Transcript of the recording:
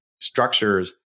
structures